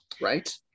right